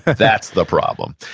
that's the problem.